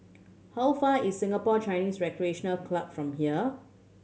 how far is Singapore Chinese Recreation Club from here